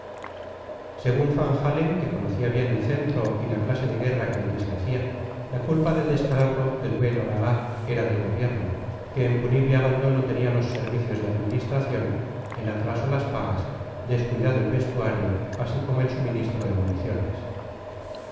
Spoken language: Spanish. según van-halen que conocía bien el centro y la clase de guerra que allí se hacía la culpa del descalabro del buen oraa era del gobierno que en punible abandono tenía los servicios de administración en atraso las pagas descuidado el vestuario así como el suministro de municiones